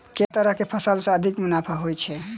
केँ तरहक फसल सऽ अधिक मुनाफा होइ छै?